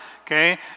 okay